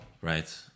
Right